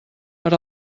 per